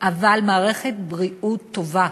אבל מערכת בריאות טובה